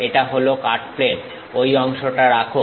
এটা হলো cut plane ঐ অংশটা রাখো